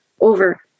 over